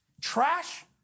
Trash